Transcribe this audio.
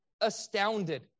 astounded